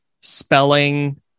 spelling